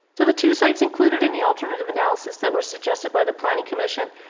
so the two sites included in the alternative analysis that were suggested by the planning commission.